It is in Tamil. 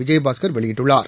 விஜயபாஸ்கள் வெளியிட்டுள்ளார்